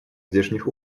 здешних